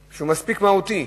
שהוא מספיק מהותי.